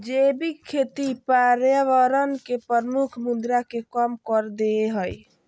जैविक खेती पर्यावरण के प्रमुख मुद्दा के कम कर देय हइ